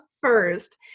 first